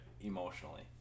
emotionally